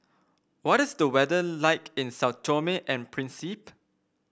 what is the weather like in Sao Tome and Principe